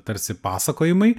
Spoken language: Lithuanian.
tarsi pasakojimai